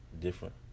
different